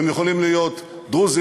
הם יכולים להיות דרוזים,